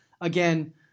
again